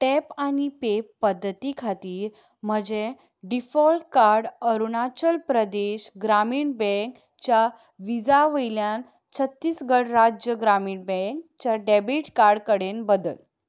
tap आनी pay पद्दती खाती म्हजें default card Arunachal Pradesh Gramin bank च्या विजा वयल्यान छत्तीसगड राज्य ग्रामीण बँकच्या डॅबीट कार्ड कडेन बदल